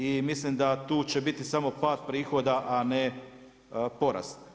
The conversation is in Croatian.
I mislim da tu će biti samo pad prihoda a ne porast.